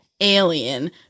alien